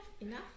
enough